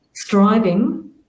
Striving